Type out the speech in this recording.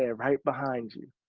ah right behind you.